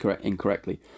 incorrectly